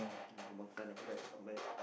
want to go makan then after that come back